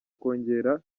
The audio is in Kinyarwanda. kongera